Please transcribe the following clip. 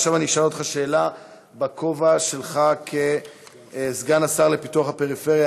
עכשיו אני אשאל אותך שאלה בכובע שלך כסגן השר לפיתוח הפריפריה,